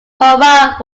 hurrah